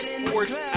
Sports